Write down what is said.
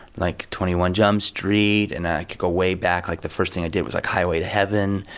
like twenty one jump street and i go way back. like the first thing i did was like highway to heaven.